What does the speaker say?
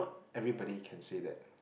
everybody can say that